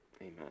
Amen